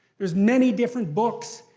there's many different books.